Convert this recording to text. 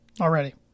already